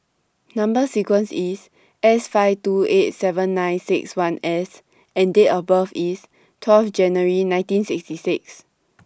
Number sequence IS S five two eight seven nine six one S and Date of birth IS twelve January nineteen sixty six